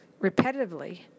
repetitively